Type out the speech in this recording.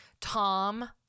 Tom